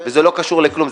וזה לא קשור לכלום,